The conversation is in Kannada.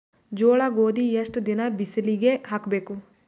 ಜೋಳ ಗೋಧಿ ಎಷ್ಟ ದಿನ ಬಿಸಿಲಿಗೆ ಹಾಕ್ಬೇಕು?